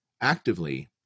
actively